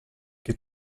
che